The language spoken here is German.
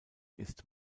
ist